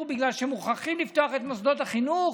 בגלל שמוכרחים לפתוח את מוסדות החינוך,